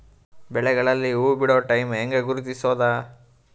ಬೆಳೆಗಳಲ್ಲಿ ಹೂಬಿಡುವ ಟೈಮ್ ಹೆಂಗ ಗುರುತಿಸೋದ?